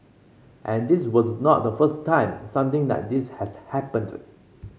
and this was not the first time something like this has happened